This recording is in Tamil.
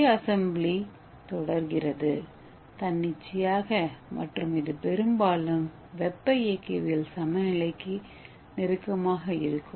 சுய சட்டசபை தொடர்கிறது தன்னிச்சையாக மற்றும் இது பெரும்பாலும் வெப்ப இயக்கவியல் சம நிலைக்கு நெருக்கமாக இருக்கும்